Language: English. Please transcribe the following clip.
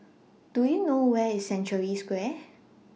Do YOU know Where IS Century Square